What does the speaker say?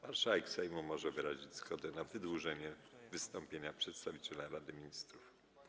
Marszałek Sejmu może wyrazić zgodę na wydłużenie wystąpienia przedstawiciela Rady Ministrów.